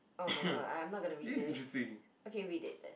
oh-my-god I am not gonna read this okay read it then